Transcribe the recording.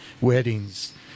weddings